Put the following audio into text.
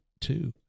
two